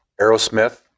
Aerosmith